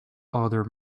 other